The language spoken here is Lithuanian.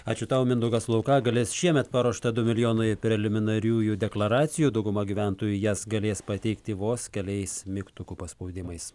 ačiū tau mindaugas laukagalis šiemet paruošta du milijonai preliminariųjų deklaracijų dauguma gyventojų jas galės pateikti vos keliais mygtukų paspaudimais